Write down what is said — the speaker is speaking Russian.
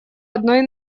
одной